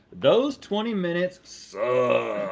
those twenty minutes so